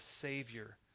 Savior